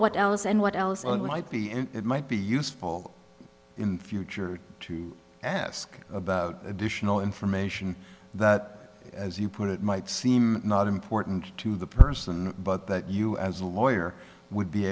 what else and what else on might be in it might be useful in future to ask about additional information that as you put it might seem not important to the person but that you as a lawyer would be